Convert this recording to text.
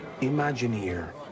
Imagineer